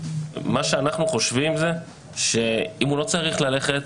מה שאנחנו חושבים הוא שאם הוא לא צריך ללכת